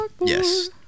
Yes